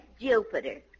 Jupiter